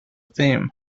theme